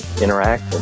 interact